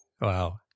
Wow